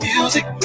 Music